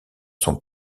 son